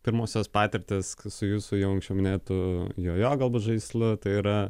pirmosios patirtys su jūsų jau ankščiau minėtu jo jo galbūt žaislu tai yra